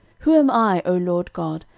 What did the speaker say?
who am i, o lord god,